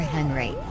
Henry